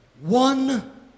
one